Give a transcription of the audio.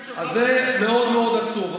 אז זה מאוד מאוד עצוב.